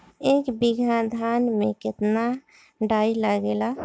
एक बीगहा धान में केतना डाई लागेला?